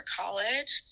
college